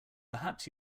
perhaps